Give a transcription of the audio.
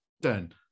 done